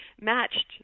matched